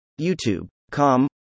YouTube.com